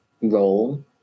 role